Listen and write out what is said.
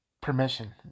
permission